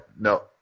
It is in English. no